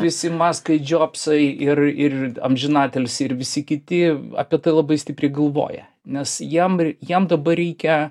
visi maskai džobsai ir ir amžinatilsį ir visi kiti apie tai labai stipriai galvoja nes jiem jiem dabar reikia